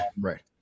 Right